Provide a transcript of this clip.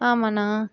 ஆமாண்ணா